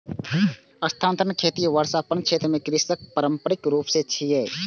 स्थानांतरण खेती वर्षावन क्षेत्र मे कृषिक पारंपरिक रूप छियै